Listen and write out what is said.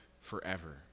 forever